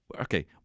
okay